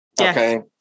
Okay